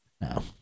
No